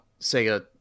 Sega